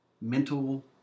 mental